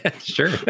Sure